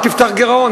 אל תפתח גירעון.